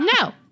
No